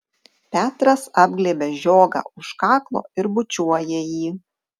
petras apglėbia žiogą už kaklo ir bučiuoja jį